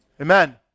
Amen